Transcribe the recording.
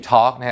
Talk